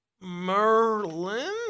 Merlin